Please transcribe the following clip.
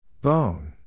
Bone